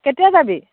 কেতিয়া যাবি